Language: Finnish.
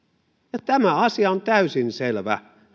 ja tämä asia on täysin selvä